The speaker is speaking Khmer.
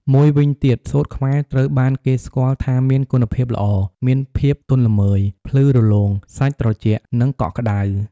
មួយវិញទៀត សូត្រខ្មែរត្រូវបានគេស្គាល់ថាមានគុណភាពល្អ មានភាពទន់ល្មើយ ភ្លឺរលោង សាច់ត្រជាក់ និងកក់ក្តៅ។